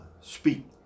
speak